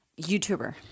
YouTuber